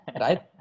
right